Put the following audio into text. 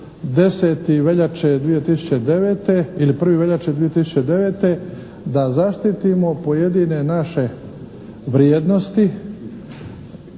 10. veljače 2009. ili 1. veljače 2009. da zaštitimo pojedine naše vrijednosti